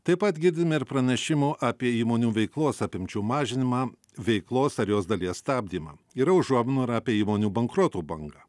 taip pat girdime ir pranešimų apie įmonių veiklos apimčių mažinimą veiklos ar jos dalies stabdymą yra užuominų apie įmonių bankrotų bangą